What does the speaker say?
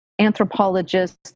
anthropologists